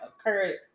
occurred